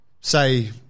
say